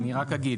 אני רק אגיד,